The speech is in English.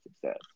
success